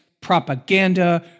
propaganda